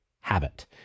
habit